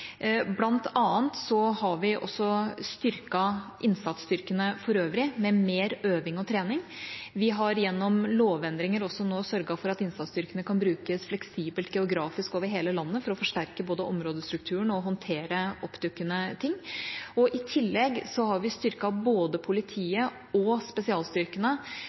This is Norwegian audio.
har vi også styrket innsatsstyrkene for øvrig med mer øving og trening. Vi har gjennom lovendringer også nå sørget for at innsatsstyrkene kan brukes fleksibelt geografisk over hele landet for å forsterke både områdestrukturen og håndtere oppdukkende ting. I tillegg har vi styrket både politiet og spesialstyrkene